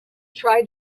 try